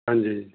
ਹਾਂਜੀ